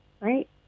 Right